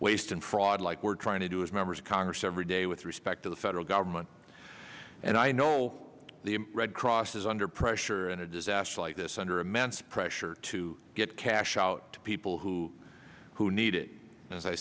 waste and fraud like we're trying to do as members of congress every day with respect to the federal government and i know the red cross is under pressure in a disaster like this under immense pressure to get cash out to people who who need it a